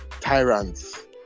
tyrants